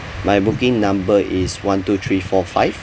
my booking number is one two three four five